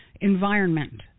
environment